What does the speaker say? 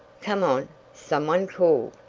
come on, some one called.